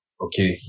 Okay